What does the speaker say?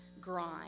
grind